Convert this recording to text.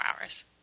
hours